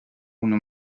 una